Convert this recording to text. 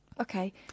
Okay